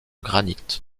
granit